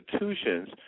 institutions